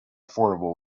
affordable